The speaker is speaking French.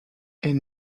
est